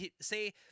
say